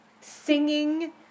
Singing